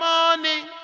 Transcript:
Morning